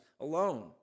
alone